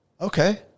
okay